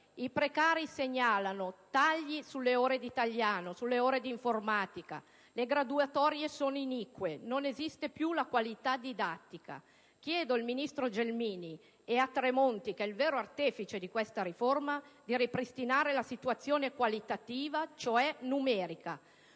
I precari segnalano tagli sulle ore di italiano e di informatica. Le graduatorie sono inique. Non esiste più la qualità didattica. Chiedo ai ministri Gelmini e Tremonti - quest'ultimo il vero artefice della riforma - di ripristinare la situazione qualitativa, che poi è numerica.